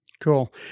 Cool